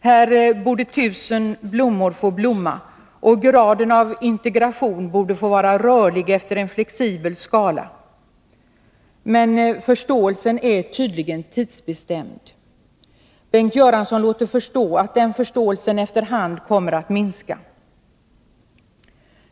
Här borde tusen blommor få blomma och graden av integration vara rörlig efter en flexibel skala. Men förståelsen är tydligen tidsbestämd. Bengt Göransson låter förstå att förståelsen efter hand kommer att minska.